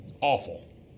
Awful